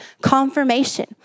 confirmation